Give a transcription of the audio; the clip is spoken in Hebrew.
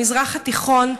במזרח התיכון,